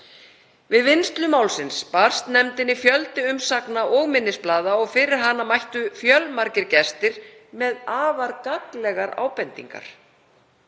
Við vinnslu málsins barst nefndinni fjöldi umsagna og minnisblaða og fyrir hana mættu fjölmargir gestir með afar gagnlegar ábendingar.